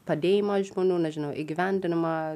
padėjimą žmonių nežinau įgyvendinimą